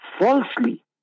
falsely